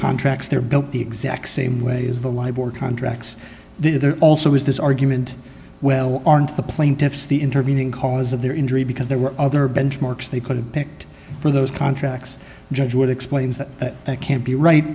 contracts they're built the exact same way as the library contracts there also is this argument well aren't the plaintiffs the intervening cause of their injury because there were other benchmarks they could have picked for those contracts judge what explains that they can't be right